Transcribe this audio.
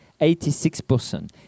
86%